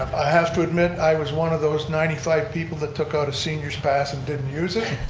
have to admit i was one of those ninety five people that took out a seniors pass and didn't use it.